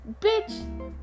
bitch